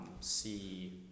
see